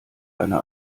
eine